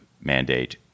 mandate